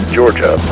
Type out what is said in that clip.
Georgia